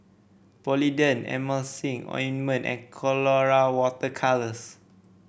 Polident Emulsying Ointment and Colora Water Colours